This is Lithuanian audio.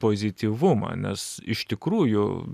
pozityvumą nes iš tikrųjų